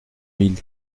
mille